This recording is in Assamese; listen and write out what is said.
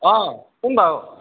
অঁ কোন বাৰু